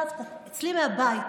אצלי מהבית.